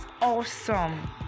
awesome